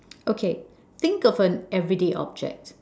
okay think of an everyday object